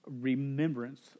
remembrance